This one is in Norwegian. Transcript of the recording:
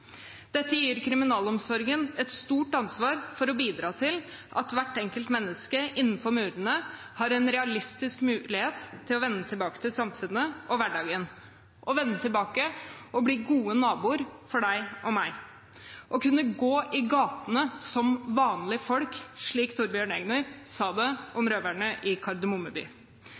dette: utestenging. Dette gir kriminalomsorgen et stort ansvar for å bidra til at hvert enkelte menneske innenfor murene har en realistisk mulighet til å vende tilbake til samfunnet og hverdagen, å vende tilbake og bli gode naboer for deg og meg, å kunne gå i gatene som vanlige folk, slik Thorbjørn Egner skrev at røverne i Kardemomme by sa.